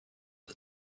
the